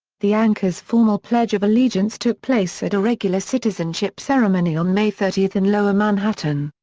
the anchor's formal pledge of allegiance took place at a regular citizenship ceremony on may thirty in lower manhattan.